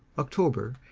october,